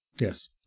Yes